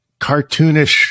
cartoonish